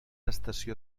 estació